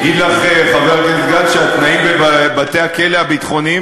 יגיד לך חבר הכנסת גל שהתנאים בבתי-הכלא הביטחוניים